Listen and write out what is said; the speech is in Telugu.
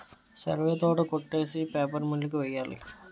సరివే తోట కొట్టేసి పేపర్ మిల్లు కి వెయ్యాలి